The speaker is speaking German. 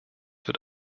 wird